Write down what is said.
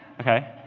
Okay